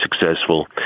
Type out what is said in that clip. successful